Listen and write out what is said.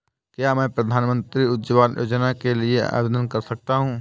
क्या मैं प्रधानमंत्री उज्ज्वला योजना के लिए आवेदन कर सकता हूँ?